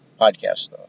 podcast